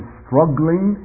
struggling